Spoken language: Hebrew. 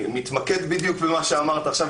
אני מתמקד בדיוק במה שאמרת עכשיו,